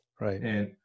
right